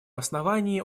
основании